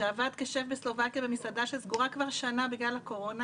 שעבד כשף בסלובקיה במסעדה שסגורה כבר שנה בגלל הקורונה,